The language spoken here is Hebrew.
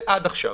זה עד עכשיו.